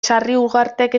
sarriugartek